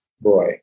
boy